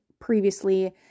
previously